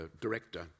director